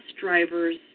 drivers